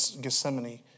Gethsemane